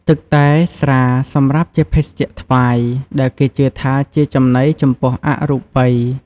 ទឹកតែ ស្រាសម្រាប់ជាភេសជ្ជៈថ្វាយ ដែលគេជឿថាជាចំណីចំពោះអរូបិយ។